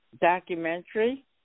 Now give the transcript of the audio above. documentary